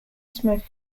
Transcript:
smith